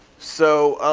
so